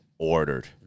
ordered